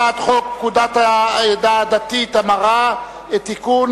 בתי-הדין הדתיים הדרוזיים (תיקון,